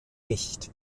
nicht